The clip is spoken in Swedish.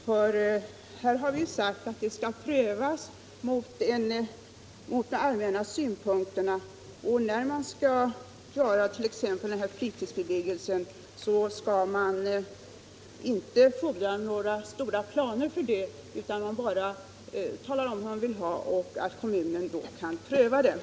Vi har sagt att enskilda intressen skall prövas mot de allmänna synpunkterna. När det gäller fritidsbebyggelsen skall man inte behöva göra några stora planer — man skall bara behöva tala om hur man vill ha det, och så skall kommunen kunna pröva det.